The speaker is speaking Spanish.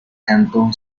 canto